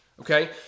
Okay